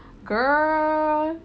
girl